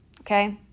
Okay